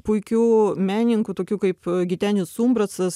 puikių menininkų tokių kaip gitenis umbrasas